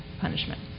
punishment